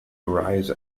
arise